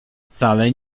wcale